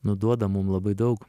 nu duoda mum labai daug